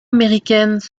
américaines